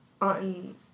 On